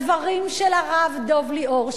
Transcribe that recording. הדברים של הרב דב ליאור,